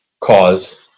cause